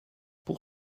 pour